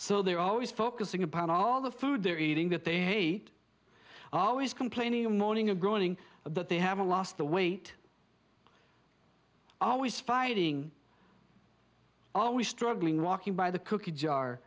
so they're always focusing upon all the food they're eating that they hate always complaining and mourning and groaning that they haven't lost the weight always fighting always struggling walking by the cookie jar